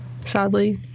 sadly